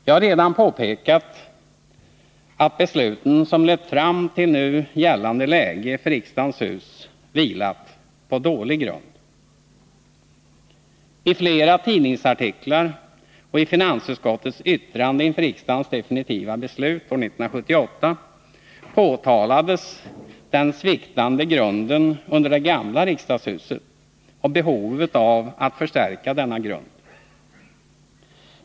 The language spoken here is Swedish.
Jag har redan påpekat att de beslut som lett fram till nu gällande situation för riksdagens hus vilat på dålig grund. I flera tidningsartiklar och i finansutskottets yttrande inför riksdagens definitiva beslut år 1978 pekades på den sviktande grunden under det gamla riksdagshuset och på behovet av att förstärka denna grund.